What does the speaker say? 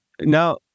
now